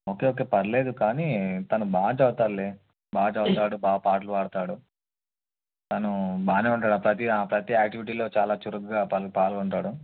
okay okay పర్లేదు కానీ తను బాగా చదువుతాడు బాగా చదువుతాడు బాగా పాటలు పాడతాడు తను బాగా ఉంటాడు ప్రతి ప్రతి ఆక్టివిటీలో చాలా చురుగుగా తను పాల్గొంటాడు